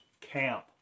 camp